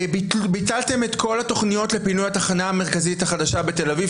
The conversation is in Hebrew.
ביטלתם את כל התוכניות לפינוי התחנה המרכזית החדשה בתל אביב,